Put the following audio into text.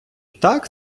так